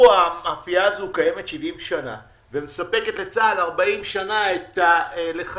המאפייה הזו קיימת 70 שנים ומספקת לצבא הגנה לישראל 40 שנים את הלחם.